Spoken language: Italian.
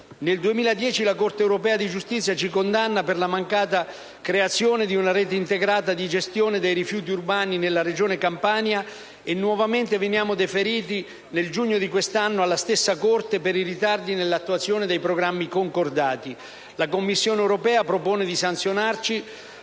Nel 2010 la Corte europea di giustizia ci condanna per la mancata creazione di una rete integrata di gestione dei rifiuti urbani nella Regione Campania e nuovamente veniamo deferiti alla stessa Corte nel giugno di quest'anno per i ritardi nell'attuazione dei programmi concordati. La Commissione europea ha proposto di sanzionarci